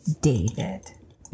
David